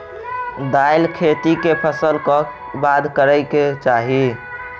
दालि खेती केँ फसल कऽ बाद करै कऽ चाहि?